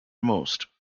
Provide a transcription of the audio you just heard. most